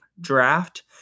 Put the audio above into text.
Draft